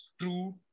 true